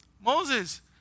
Moses